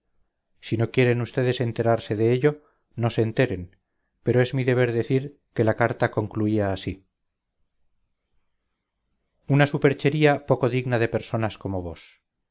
si no quieren vds enterarse de ello no se enteren pero es mi deber decir que la carta concluía así una superchería poco digna de personas como vos